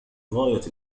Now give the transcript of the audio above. غاية